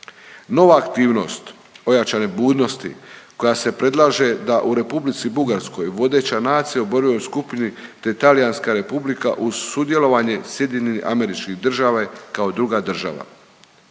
Nova aktivnost ojačane budnosti koja se predlaže da u Republici Bugarskoj vodeća nacija u borbenoj skupini te Talijanska Republika uz sudjelovanje SAD-a kao druga država.